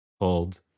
hold